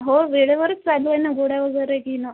हो वेळेवरच चालू आहे ना गोळ्या वगैरे घेणं